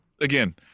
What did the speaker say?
again